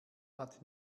hat